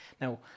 Now